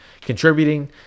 contributing